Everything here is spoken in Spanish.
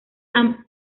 han